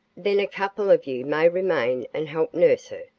then a couple of you may remain and help nurse her.